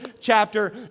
chapter